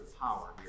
power